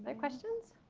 ah questions,